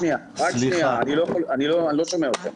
רק שנייה, אני לא שומע אותך.